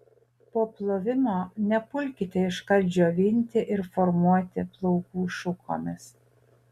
po plovimo nepulkite iškart džiovinti ir formuoti plaukų šukomis